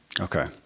Okay